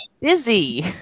busy